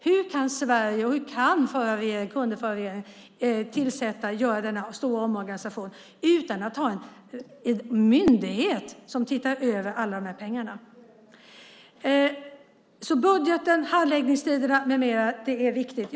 Hur kunde den förra regeringen göra denna stora omorganisation utan att ha en myndighet som tittar över alla dessa pengar? Budgeten, handläggningstiderna med mera är alltså viktigt.